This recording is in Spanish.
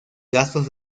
gastos